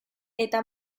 eta